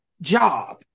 job